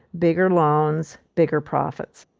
bigger loans, bigger profits.